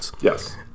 Yes